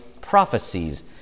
prophecies